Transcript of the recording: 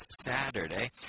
Saturday